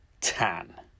Tan